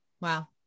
Wow